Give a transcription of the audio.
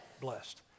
Blessed